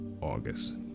August